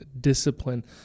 discipline